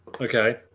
Okay